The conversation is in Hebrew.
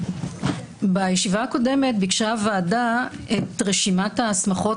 בישיבה הקודמת ביקשה הוועדה את רשימת ההסמכות